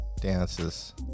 dances